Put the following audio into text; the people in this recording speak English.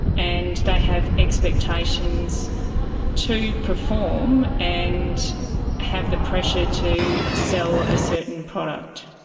and they have expectations to perform and have the pressure to sell a certain product.